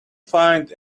find